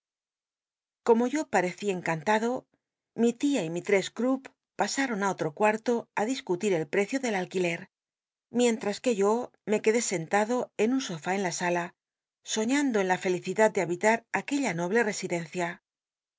como yo pmeci encanlado mi tia y mistrcss cupp pasaon ti olm cuarto á discutir el precio del alquiler micnltas que yo me quedé sentado en un som de la sala soñando en la felicidad eje habitar aquella noble tesidencia